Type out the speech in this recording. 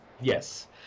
Yes